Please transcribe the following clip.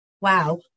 wow